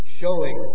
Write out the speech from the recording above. showing